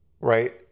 Right